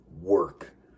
work